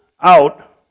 out